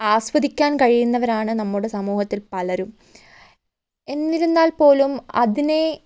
ആസ്വദിക്കാൻ കഴിയുന്നവരാണ് നമ്മുടെ സമൂഹത്തിൽ പലരും എന്നിരുന്നാൽ പോലും അതിനെ